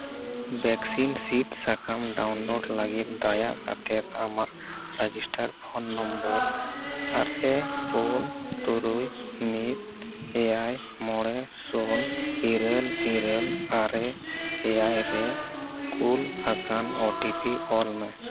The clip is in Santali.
ᱵᱷᱮᱠᱥᱤᱱ ᱥᱤᱫᱽ ᱥᱟᱠᱟᱢ ᱰᱟᱣᱩᱱᱞᱳᱰ ᱞᱟᱹᱜᱤᱫ ᱫᱟᱭᱟ ᱠᱟᱛᱮ ᱟᱢᱟᱜ ᱨᱮᱡᱤᱥᱴᱟᱨ ᱯᱷᱳᱱ ᱱᱚᱢᱵᱚᱨ ᱟᱨᱮ ᱯᱩᱱ ᱛᱩᱨᱩᱭ ᱢᱤᱫ ᱮᱭᱟᱭ ᱢᱚᱬᱮ ᱥᱩᱱ ᱤᱨᱟᱹᱞ ᱤᱨᱟᱹᱞ ᱟᱨᱮ ᱮᱭᱟᱭ ᱨᱮ ᱠᱩᱞ ᱟᱠᱟᱱ ᱳ ᱴᱤ ᱯᱤ ᱚᱞ ᱢᱮ